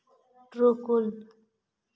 ᱴᱨᱳᱠᱳᱞ